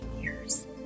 years